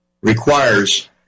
requires